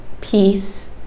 peace